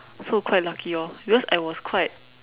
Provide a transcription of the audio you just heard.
so quite lucky orh because I was quite